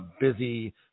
busy